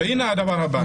לדעתי.